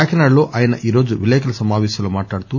కాకినాడలో ఆయన ఈరోజు విలేకరుల సమాపేశంలో మాట్లాడుతూ